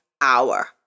hour